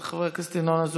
את חבר הכנסת ינון אזולאי,